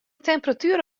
temperatuer